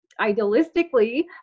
Idealistically